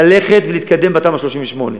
ללכת ולהתקדם בתמ"א 38,